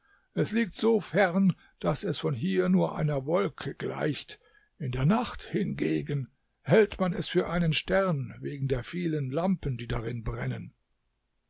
es liegt so fern daß es von hier nur einer wolke gleicht in der nacht hingegen hält man es für einen stern wegen der vielen lampen die darin brennen